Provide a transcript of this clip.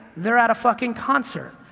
they're at a fucking concert,